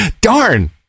Darn